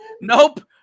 Nope